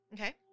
Okay